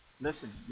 Listen